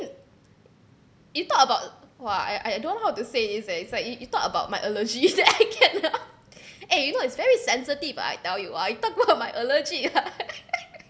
you talk about !wah! I I don't know how to say it's like it's like you you talk about my allergy that I cannot eh you know it's very sensitive ah I tell you you talk about my allergy